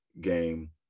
game